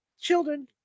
children